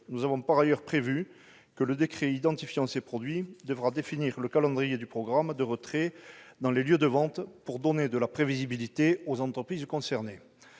Nous avons par ailleurs prévu que le décret identifiant ces produits devra définir le calendrier du programme de retrait dans les lieux de vente pour donner de la prévisibilité aux entreprises concernées.